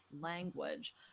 language